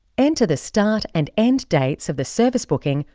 enter the start and end dates of the service booking,